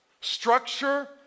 structure